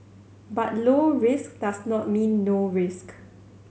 but low risk does not mean no risk